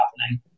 happening